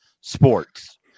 sports